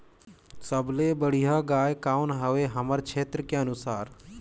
सबले बढ़िया गाय कौन हवे हमर क्षेत्र के अनुसार?